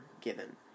given